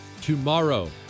Tomorrow